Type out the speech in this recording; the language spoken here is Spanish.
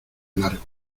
largo